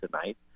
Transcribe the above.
tonight